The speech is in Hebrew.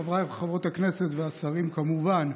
חברי וחברות הכנסת, השרים כמובן,